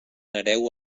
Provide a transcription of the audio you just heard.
hereu